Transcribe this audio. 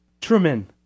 Truman